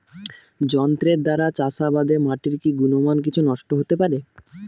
যন্ত্রের দ্বারা চাষাবাদে মাটির কি গুণমান কিছু নষ্ট হতে পারে?